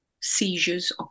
seizures